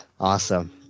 awesome